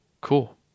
Cool